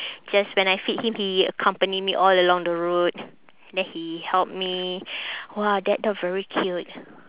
just when I feed him he accompany me all along the road then he help me !wah! that dog very cute